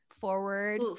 forward